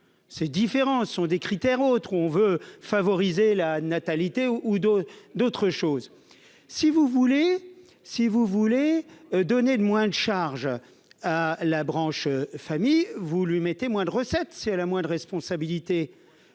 ces différences sont des critères autre où on veut favoriser la natalité ou dose d'autres choses, si vous voulez, si vous voulez donner de moins de charges à la branche famille, vous lui mettez moins de recettes, c'est elle a moins de responsabilité